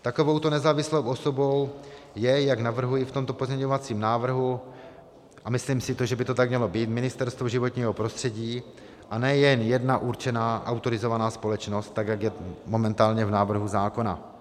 Takovouto nezávislou osobou je, jak navrhuji v tomto pozměňovacím návrhu, a myslím si, že by to tak mělo být, Ministerstvo životního prostředí a ne jen jedna určená autorizovaná společnost, jak je momentálně v návrhu zákona.